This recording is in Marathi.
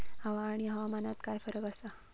हवा आणि हवामानात काय फरक असा?